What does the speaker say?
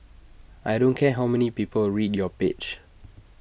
I don't care how many people read your page